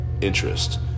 interest